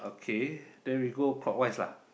okay then we go clockwise lah